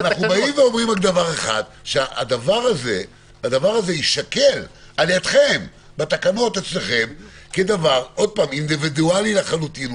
אנחנו אומרים שהדבר הזה יישקל בתקנות אצלכם כדבר אינדיבידואלי לחלוטין.